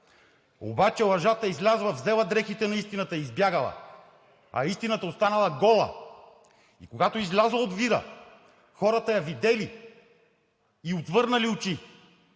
обаче Лъжата излязла, взела дрехите на Истината и избягала, а Истината останала гола и когато излязла от вира, хората я видели и отвърнали очи,